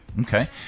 okay